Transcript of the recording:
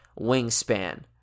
wingspan